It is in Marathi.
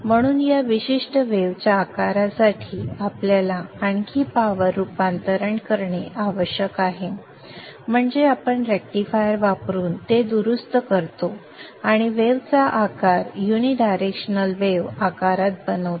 म्हणून या विशिष्ट वेव्ह च्या आकारासाठी आपल्याला आणखी पॉवर रूपांतरण करणे आवश्यक आहे म्हणजे आपण रेक्टिफायर वापरून ते दुरुस्त करतो आणि वेव्हचा आकार युनि डायरेक्शनल वेव्ह आकारात बनवतो